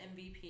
MVP